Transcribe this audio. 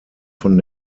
von